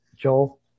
Joel